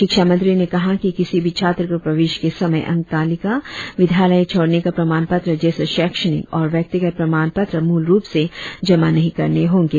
शिक्षा मंत्री ने कहा कि किसी भी छात्र को प्रवेश के समय अंक तालिका विद्यालय छोड़ने का प्रमाण पत्र जैसे शैक्षणिक और व्यक्तिगत प्रमाण पत्र मूल रुप से जमा नहीं करने होंगे